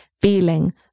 feeling